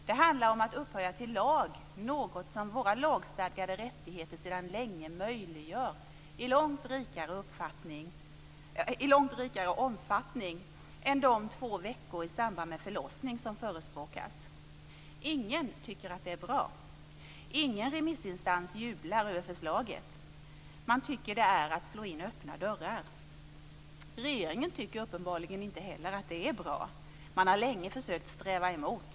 Det handlar om att upphöja till lag något som våra lagstadgade rättigheter sedan länge möjliggör i långt rikare omfattning än de två veckors mammaledighet i samband med förlossning som förespråkas. Ingen tycker att det är bra. Ingen remissinstans jublar över förslaget. Man tycker att det är som att slå in öppna dörrar. Regeringen tycker uppenbarligen inte heller att det är bra. Man har länge försökt att streta emot.